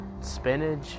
spinach